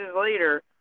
later